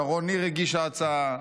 שרון ניר הגישה הצעה,